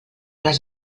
les